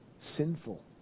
Sinful